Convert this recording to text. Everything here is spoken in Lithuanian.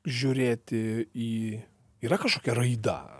žiūrėti į yra kažkokia raida